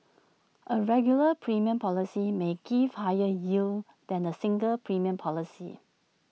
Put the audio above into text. A regular premium policy may give higher yield than A single premium policy